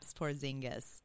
porzingis